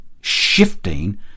shifting